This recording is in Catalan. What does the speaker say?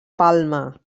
palma